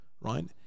Right